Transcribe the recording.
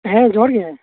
ᱦᱮᱸ ᱡᱚᱦᱳᱨ ᱜᱮ